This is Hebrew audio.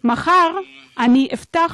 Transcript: מחר אני אפתח